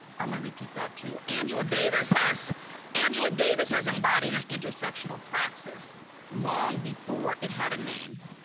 i'm going to repeat that too. angela davis has angela davis has embodied an intersectional praxis long before it had a name.